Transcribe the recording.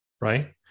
Right